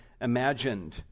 imagined